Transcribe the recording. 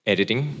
Editing